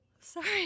sorry